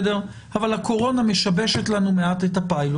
אבל הקורונה משבשת לנו מעט את הפיילוט.